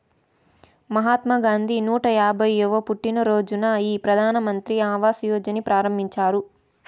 మహాత్మా గాంధీ నూట యాభైయ్యవ పుట్టినరోజున ఈ ప్రధాన్ మంత్రి ఆవాస్ యోజనని ప్రారంభించారు